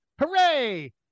Hooray